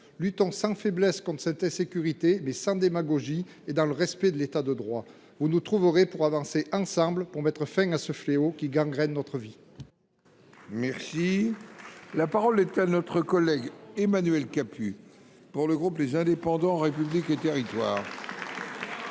Luttons sans faiblesse contre l’insécurité, mais sans démagogie, et dans le respect de l’État de droit. Vous nous trouverez pour avancer ensemble, afin de mettre fin à ce fléau qui gangrène notre vie. La parole est à M. Emmanuel Capus, pour le groupe Les Indépendants – République et Territoires. Mille deux cent